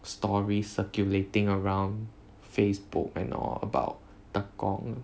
story circulating around facebook and all about tekong